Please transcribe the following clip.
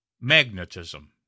Magnetism